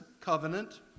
covenant